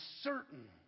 certain